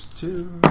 two